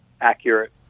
accurate